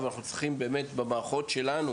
אבל אנחנו באמת צריכים - בתוך המערכות שלנו,